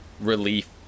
relief